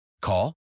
Call